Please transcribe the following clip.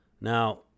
Now